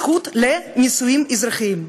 זכות לנישואים אזרחיים.